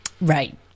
Right